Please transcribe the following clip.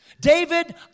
David